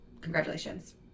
Congratulations